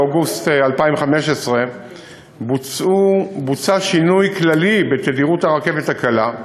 באוגוסט 2015 בוצע שינוי כללי בתדירות הרכבת הקלה,